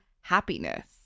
happiness